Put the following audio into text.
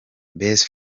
best